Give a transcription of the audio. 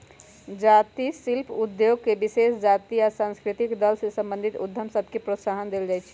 जाती शिल्प उद्योग में विशेष जातिके आ सांस्कृतिक दल से संबंधित उद्यम सभके प्रोत्साहन देल जाइ छइ